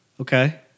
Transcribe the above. okay